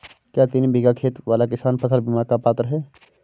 क्या तीन बीघा खेत वाला किसान फसल बीमा का पात्र हैं?